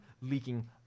Leaking